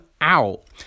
out